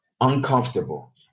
uncomfortable